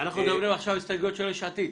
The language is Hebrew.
אנחנו מדברים עכשיו על הסתייגויות של יש עתיד.